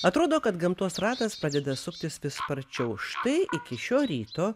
atrodo kad gamtos ratas pradeda suktis vis sparčiau štai iki šio ryto